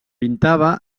pintava